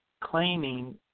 claiming